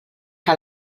que